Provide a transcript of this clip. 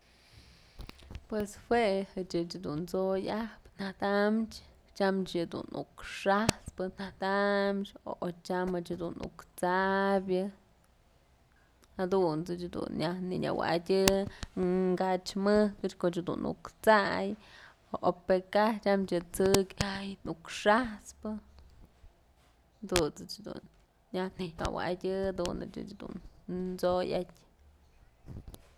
Pues jue jëchëch t'soy ajpë nadachë tyam yëdun nuk xat'spë nadamchë tyamëch dun nuk t'sabyë jadunt's ëch dun nyaj nënyëwa'adyë kach mëjkëch koch jedun nuk t'say o pë kaj tyam je'e t'sëk a'ay nuk xat'spë dunt's dun ëch nyaj nënyëwa'adyë jadun dun ëch t'soyatyë.